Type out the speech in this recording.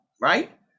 right